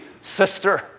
sister